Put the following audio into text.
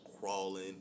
crawling